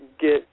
get